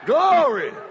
Glory